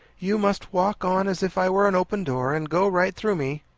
you must walk on as if i were an open door, and go right through me.